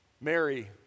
Mary